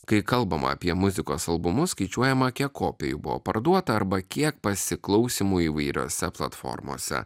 kai kalbama apie muzikos albumus skaičiuojama kiek kopijų buvo parduota arba kiek pasiklausymų įvairiose platformose